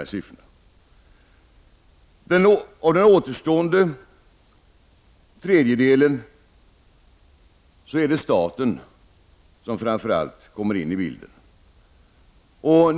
När det gäller den återstående tredjedelen är det framför allt staten som kommer in i bilden.